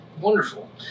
Wonderful